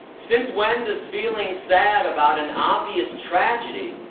since when, does feeling sad about an obvious tragedy,